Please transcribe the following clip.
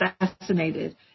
assassinated